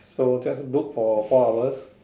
so just book for four hours